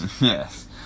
yes